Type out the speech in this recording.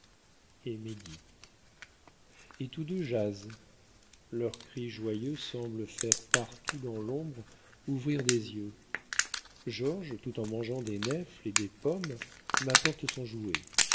et médite et tous deux jasent leurs cris joyeux semblent faire partout dans l'ombre ouvrir des yeux georges tout en mangeant des nèfles et des pommes m'apporte son jouet